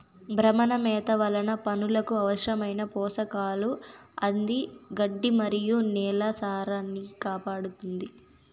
భ్రమణ మేత వలన పసులకు అవసరమైన పోషకాలు అంది గడ్డి మరియు నేల సారాన్నికాపాడుతుంది